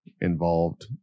involved